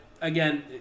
again